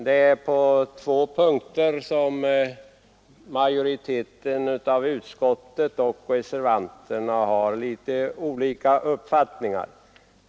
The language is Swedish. Det är på två punkter som utskottsmajoriteten och reservanterna har litet olika uppfattningar.